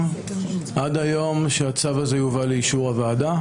עד היום שהצו הזה יובא לאישור הוועדה.